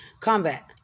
combat